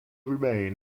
remain